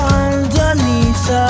underneath